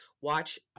watch